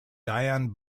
diane